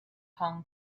hong